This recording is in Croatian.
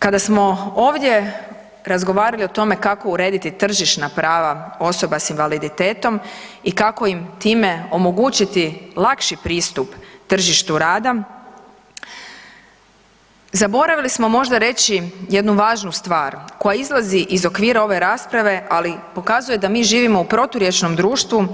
Kada smo ovdje razgovarali o tome kako urediti tržišna prava osoba s invaliditetom i kako im time omogućiti lakši pristup tržištu rada, zaboravili smo možda reći jednu važnu stvar koja izlazi iz okvira ove rasprave ali pokazuje da mi živimo u proturječnom društvu